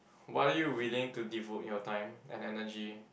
what are you willing to devote your time and energy